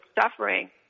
suffering